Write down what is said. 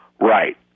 Right